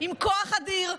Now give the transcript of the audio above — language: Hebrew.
עם כוח אדיר,